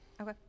Okay